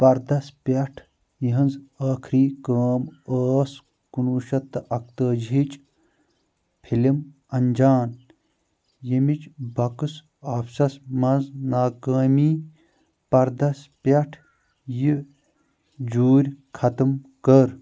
پردَس پیٚٹھ یِہٕنٛز ٲخٕری کٲم ٲس کُنوُہ شیٚتھ تہٕ اکتٲجی ہِچ فِلِم انٛجان، ییٚمِچ باکس آفِسس منٛزناکٲمی پردَس پیٚٹھ یہِ جوٗرۍ ختم كٔر